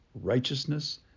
righteousness